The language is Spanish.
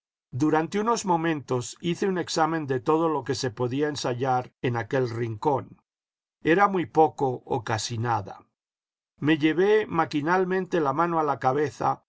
durante unos momentos hice un examen de todo lo que se podía ensayar en aquel rincón era muy poco o casi nada me llevé maquinalmente la mano a la cabeza